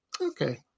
Okay